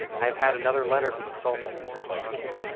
i have had another letter from the sultan replied the king,